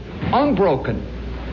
unbroken